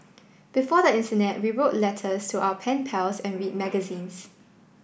before the internet we wrote letters to our pen pals and read magazines